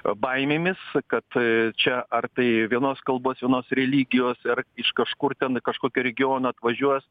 baimėmis kad čia ar tai vienos kalbos vienos religijos ar iš kažkur ten kažkokio regiono atvažiuos